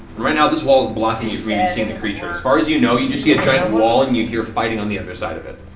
right now, this wall's blocking you from even seeing the creature. as far as you know, you you see a giant wall and you hear fighting on the other side of it.